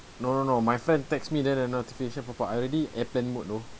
no no no my friend text me then a notification pop up I already airplane mode know